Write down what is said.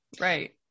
Right